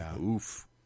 Oof